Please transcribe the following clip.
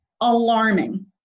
alarming